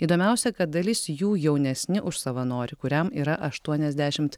įdomiausia kad dalis jų jaunesni už savanorį kuriam yra aštuoniasdešimt